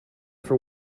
for